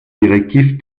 directives